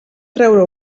treure